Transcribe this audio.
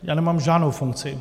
Já nemám žádnou funkci.